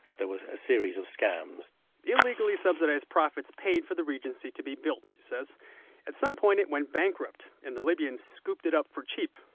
there was a series of scams illegally subsidized profits paid for the regency to be built. at some point, it went bankrupt, and the libyans scooped it up for cheap.